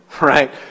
right